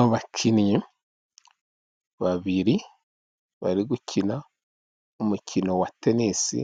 Abakinnyi babiri bari gukina umukino wa tenisi